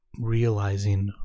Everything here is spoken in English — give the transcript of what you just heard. realizing